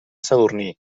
sadurní